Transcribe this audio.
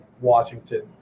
Washington